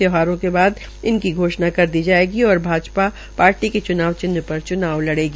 त्यौहारों के बाद इनकी घोषणा की जायेगी और भाजपा पार्टी के च्नाव चिन्ह पर लड़ेगी